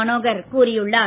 மனோகர் கூறியுள்ளார்